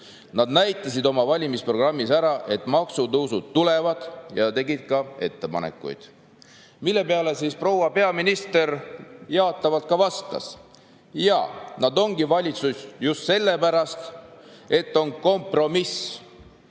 Nad näitasid oma valimisprogrammis ära, et maksutõusud tulevad, ja tegid ka ettepanekuid." Mille peale siis proua peaminister jaatavalt ka vastas. "Ja nad ongi valitsuses just selle pärast, et on kompromiss: